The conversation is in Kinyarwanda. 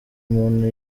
muntu